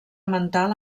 mental